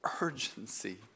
urgency